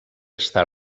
està